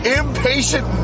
impatient